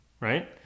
Right